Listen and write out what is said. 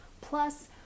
Plus